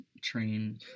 train